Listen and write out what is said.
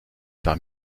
par